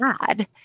add